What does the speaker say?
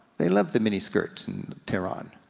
they love the mini skirts in terran.